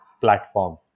platform